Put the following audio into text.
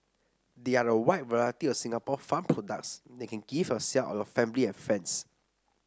there are a wide variety of Singapore farmed products that you can gift yourselves or your family and friends